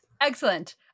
Excellent